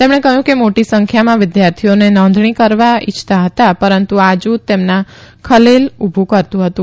તેમણે કહ્યું કે મોટી સંખ્યામાં વિદ્યાર્થીઓ નોંધણી કરવા ઈચ્છતા હતા પરંતુ આ જૂથ તેમાં ખલેલ ઊભું કરતું હતું